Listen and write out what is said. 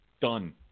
Done